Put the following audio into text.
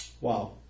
Wow